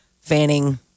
fanning